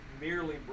merely